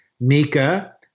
Mika